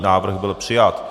Návrh byl přijat.